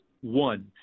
one